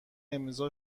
امضا